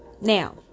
Now